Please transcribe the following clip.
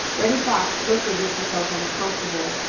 reddy fox looked as if he felt uncomfortable.